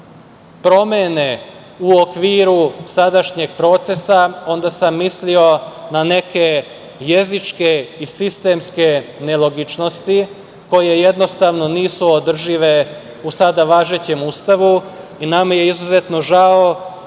promene u okviru sadašnjeg procesa, onda sam mislio na neke jezičke i sistemske nelogičnosti, koje jednostavno nisu održive u sada važećem Ustavu i izuzetno nam